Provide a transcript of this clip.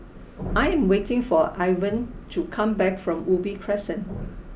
I am waiting for Irwin to come back from Ubi Crescent